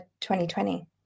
2020